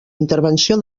intervenció